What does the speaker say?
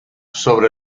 sobre